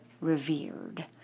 revered